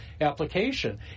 application